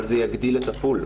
אבל זה יגדיל את הפול,